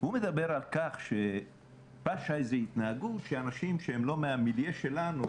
הוא מדבר על כך שפשה איזושהי התנהגות שאנשים שהם לא מהמילייה שלנו